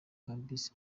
campus